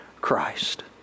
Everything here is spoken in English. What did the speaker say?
Christ